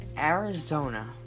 Arizona